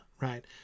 right